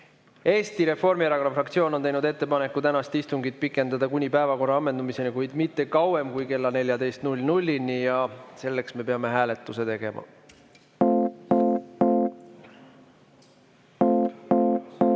Eesti Reformierakonna fraktsioon on teinud ettepaneku tänast istungit pikendada kuni päevakorra ammendumiseni, kuid mitte kauem kui kella 14-ni. Selleks me peame hääletuse tegema. Head